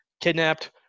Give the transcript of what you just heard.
kidnapped